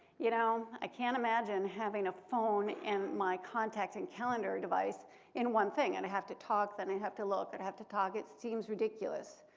you know, i can't imagine having a phone and my contacts and calendar device in one thing. and i have to talk, then i have to look. and i have to talk. it seems ridiculous.